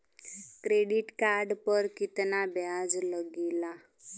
Credit card पर कितना ब्याज लगेला?